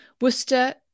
worcester